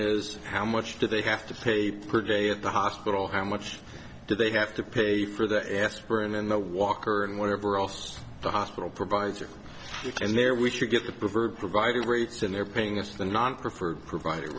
is how much do they have to pay per day at the hospital how much do they have to pay for the aspirin and the walker and whatever else the hospital provides are and there we should get the preferred providers rates and they're paying us the non preferred provide